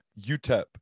UTEP